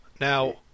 Now